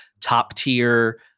top-tier